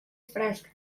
fresc